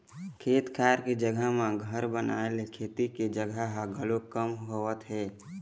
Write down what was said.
खेत खार के जघा म घर बनाए ले खेती के जघा ह घलोक कम होवत हे